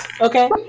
Okay